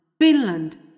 Finland